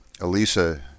Elisa